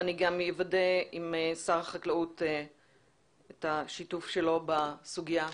ואני גם אוודא עם שר החקלאות את השיתוף שלו בסוגיה הזאת.